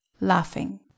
laughing